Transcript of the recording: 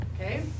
Okay